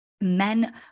Men